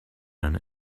and